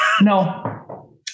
No